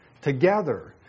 together